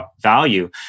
value